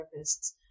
therapists